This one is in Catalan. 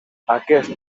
aquest